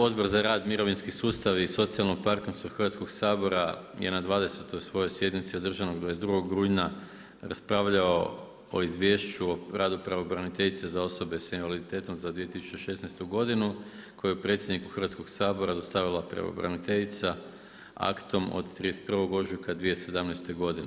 Odbor za rad, mirovinski sustav i socijalno partnerstvo Hrvatskoga sabora je na 20.-oj svojoj sjednici održanoj 22. rujna raspravljao o Izvješću o radu pravobraniteljice za osobe sa invaliditetom za 2016. godinu koje je predsjedniku Hrvatskoga sabora dostavila pravobraniteljica aktom od 31. ožujka 2017. godine.